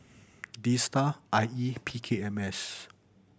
DSTA I E and P K M S